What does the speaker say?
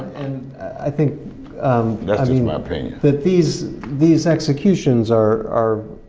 and i think that's just my opinion. that these these executions are,